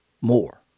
more